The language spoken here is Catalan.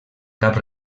cap